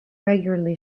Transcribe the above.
regularly